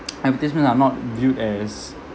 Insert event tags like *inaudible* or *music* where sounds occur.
*noise* advertisements are not viewed as